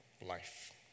life